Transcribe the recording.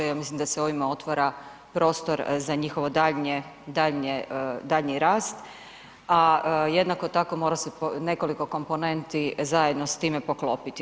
Ja mislim da se ovime otvara prostor za njihovo daljnje, daljnji rast, a jednako tako mora se nekoliko komponenti zajedno s time poklopiti.